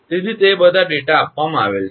તેથી તે બધા ડેટા આપવામાં આવેલ છે